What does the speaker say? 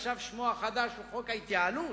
שעכשיו שמו החדש הוא חוק ההתייעלות,